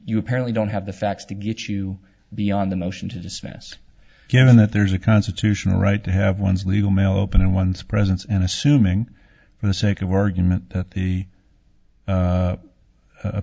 you apparently don't have the facts to get you beyond the motion to dismiss given that there's a constitutional right to have one's legal mail open in one's presence and assuming for the sake of argument that the